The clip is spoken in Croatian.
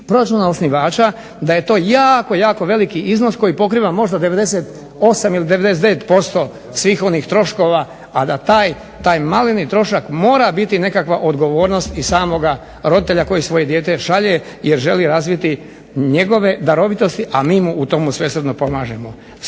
proračuna osnivača da je to jako veliki iznos koji pokriva 88 ili 89% svih troškova a taj maleni trošak mora biti nekakva odgovornost i roditelja koji svoje dijete šalje jer želi razviti njegove darovitosti a mi u tome svesrdno pomažemo.